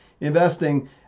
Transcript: investing